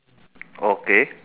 okay